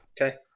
Okay